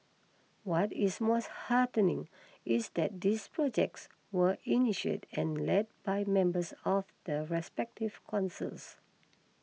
what is most heartening is that these projects were initiated and led by members of the respective councils